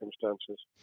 circumstances